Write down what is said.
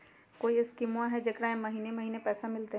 कोइ स्कीमा हय, जेकरा में महीने महीने पैसा मिलते?